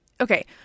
okay